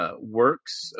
works